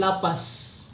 Lapas